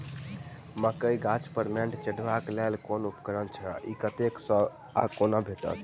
मकई गाछ पर मैंट चढ़ेबाक लेल केँ उपकरण छै? ई कतह सऽ आ कोना भेटत?